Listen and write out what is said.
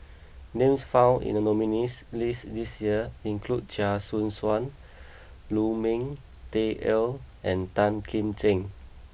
names found in the nominees' list this year include Chia Choo Suan Lu Ming Teh Earl and Tan Kim Ching